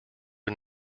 are